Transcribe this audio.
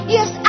Yes